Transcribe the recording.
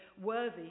worthy